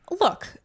look